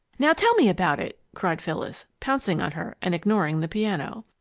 now tell me about it! cried phyllis, pouncing on her and ignoring the piano.